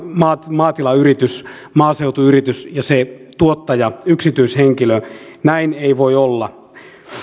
maatilayritys maaseutuyritys ja se tuottaja yksityishenkilö näin ei voi olla